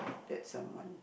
that someone